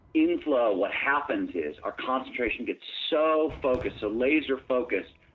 in flow, what happens is our concentration gets so focused, laser focused,